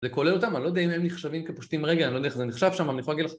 זה כולל אותם, אני לא יודע אם הם נחשבים כפושטים רגל, אני לא יודע איך זה נחשב שם, אני יכול להגיד לך...